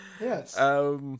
Yes